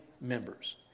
members